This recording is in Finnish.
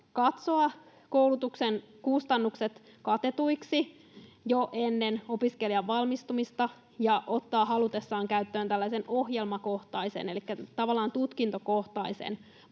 katsoa koulutuksen kustannukset katetuiksi jo ennen opiskelijan valmistumista ja ottaa halutessaan käyttöön tällaisen ohjelmakohtaisen